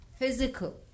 physical